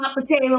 potato